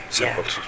simple